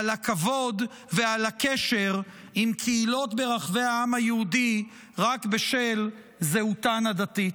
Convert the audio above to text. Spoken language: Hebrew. על הכבוד ועל הקשר עם קהילות ברחבי העם היהודי רק בשל זהותן הדתית.